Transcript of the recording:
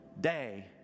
day